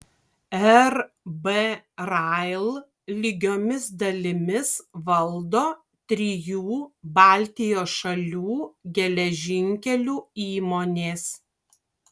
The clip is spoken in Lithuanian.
rb rail lygiomis dalimis valdo trijų baltijos šalių geležinkelių įmonės